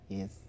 Yes